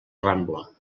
rambla